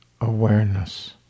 awareness